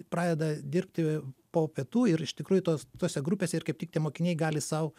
pradeda dirbti po pietų ir iš tikrųjų tos tose grupėse ir kaip tik tie mokiniai gali sau